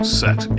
set